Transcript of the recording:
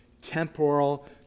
temporal